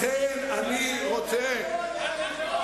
לכן, אני רוצה,